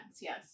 yes